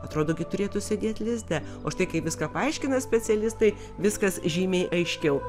atrodo turėtų sėdėt lizde o štai kai viską paaiškina specialistai viskas žymiai aiškiau